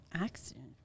Accident